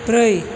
ब्रै